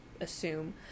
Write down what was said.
assume